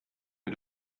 wir